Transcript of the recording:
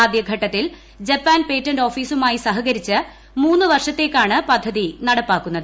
ആദ്യഘട്ടത്തിൽ Japan patent ഓഫീസുമായി സഹകരിച്ച് മൂന്ന് വർഷത്തേക്കാണ് പദ്ധതി നടപ്പാക്കുന്നത്